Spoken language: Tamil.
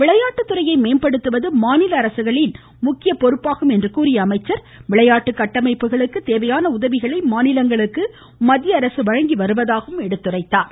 விளையாட்டுத்துறையை மேம்படுத்துவது மாநில பொறுப்பாகும் என்று கூறிய அவர் விளையாட்டு கட்டமைப்புகளுக்கு தேவையான உதவிகளை மாநிலங்களுக்கு மத்திய அரசு வழங்கி வருவதாகவும் எடுத்துரைத்தார்